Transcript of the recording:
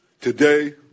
today